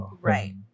Right